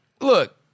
look